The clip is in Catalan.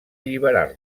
alliberar